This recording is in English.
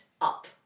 Up